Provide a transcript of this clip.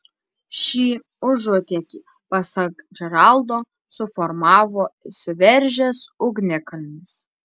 šį užutėkį pasak džeraldo suformavo išsiveržęs ugnikalnis